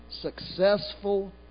successful